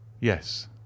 yes